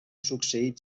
succeït